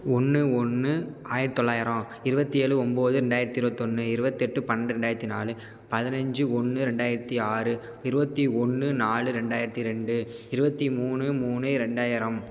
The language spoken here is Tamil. ஒன்று ஒன்று ஆயிரத்து தொள்ளாயிரம் இருபத்தி ஏழு ஒம்பது ரெண்டாயிரத்து இருவத்தொன்று இருபத்தெட்டு பன்னெண்டு ரெண்டாயிரத்து நாலு பதினைஞ்சு ஒன்று ரெண்டாயிரத்து ஆறு இருபத்தி ஒன்று நாலு ரெண்டாயிரத்து ரெண்டு இருபத்தி மூணு மூணு ரெண்டாயிரம்